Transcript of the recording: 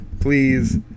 Please